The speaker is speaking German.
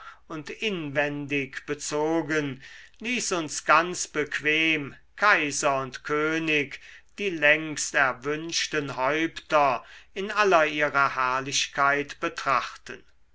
und inwendig bezogen ließ uns ganz bequem kaiser und könig die längst erwünschten häupter in aller ihrer herrlichkeit betrachten